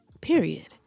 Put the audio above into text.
period